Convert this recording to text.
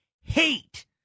hate